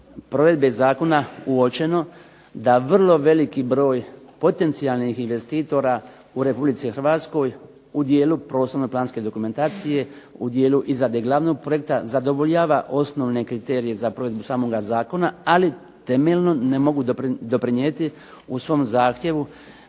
provedbe zakona uočeno da vrlo veliki broj potencijalnih investitora u Republici Hrvatskoj u dijelu prostorno-planske dokumentacije, u dijelu izrade glavnog projekta zadovoljava osnovne kriterije za provedbu samoga zakona, ali temeljno ne mogu doprinijeti u svom zahtjevu